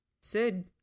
Sid